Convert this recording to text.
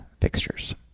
fixtures